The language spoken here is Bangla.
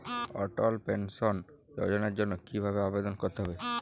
অটল পেনশন যোজনার জন্য কি ভাবে আবেদন করতে হয়?